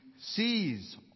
sees